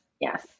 yes